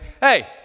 hey